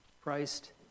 Christ